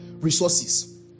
resources